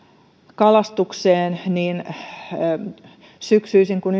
kalastukseen niin ympäristövaliokunnassa kun